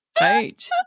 right